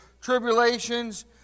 tribulations